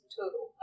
total